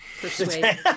persuade